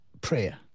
prayer